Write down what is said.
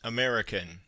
American